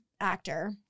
actor